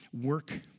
Work